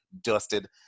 dusted